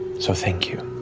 so thank you.